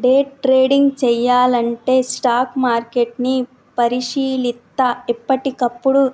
day trading చెయ్యాలంటే stock మార్కెట్ని పరిశీలిత్తా ఎప్పటికప్పుడు